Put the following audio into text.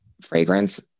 fragrance